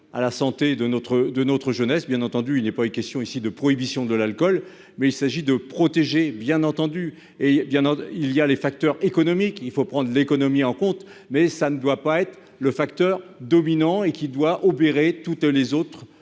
à la santé de notre de notre jeunesse. Bien entendu, il n'est pas question ici de prohibition de l'alcool mais il s'agit de protéger bien entendu, et bien il y a les facteurs économiques, il faut prendre l'économie en compte mais ça ne doit pas être le facteur dominant et qui doit opérer toutes les autres